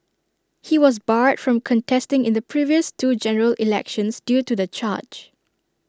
he was barred from contesting in the previous two general elections due to the charge